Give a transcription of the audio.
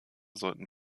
sollten